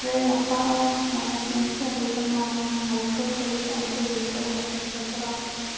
రేయ్ అప్పారావు, మొన్నట్నుంచి అడుగుతున్నాను మైక్రోక్రెడిట్ అంటే ఏంటో కొంచెం చెప్పురా